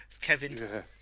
Kevin